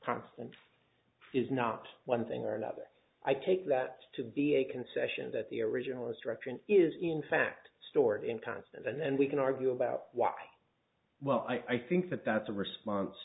constant is not one thing or another i take that to be a concession that the original restriction is in fact stored in constant and then we can argue about what well i think that that's a response